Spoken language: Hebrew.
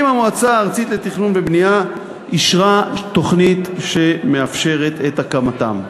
אם המועצה הארצית לתכנון ובנייה אישרה תוכנית שמאפשרת את הקמתם.